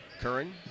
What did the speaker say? Curran